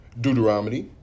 Deuteronomy